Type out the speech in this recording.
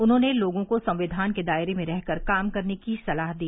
उन्होंने लोगों को संविधान के दायरे में रहकर काम करने की सलाह दी